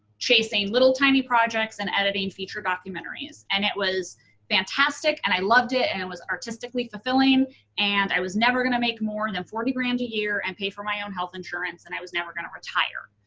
chasing little tiny projects and editing feature documentaries. and it was fantastic and i loved it and it was artistically fulfilling and i was never gonna make more than forty grand a year and pay for my own health insurance and i was never gonna retire.